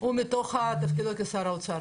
הוא מתוך תפקידו כשר האוצר.